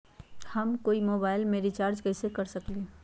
हम कोई मोबाईल में रिचार्ज कईसे कर सकली ह?